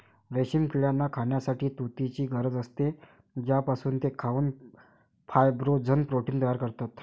रेशीम किड्यांना खाण्यासाठी तुतीची गरज असते, ज्यापासून ते खाऊन फायब्रोइन प्रोटीन तयार करतात